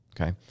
okay